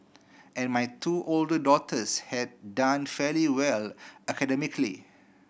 and my two older daughters had done fairly well academically